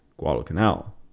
Guadalcanal